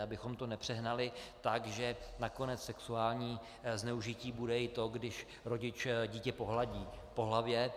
Abychom to nepřehnali tak, že nakonec sexuální zneužití bude i to, když rodič dítě pohladí po hlavě.